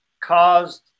caused